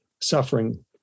suffering